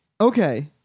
Okay